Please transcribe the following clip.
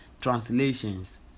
translations